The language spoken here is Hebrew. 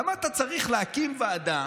למה אתה צריך להקים ועדה